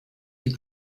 die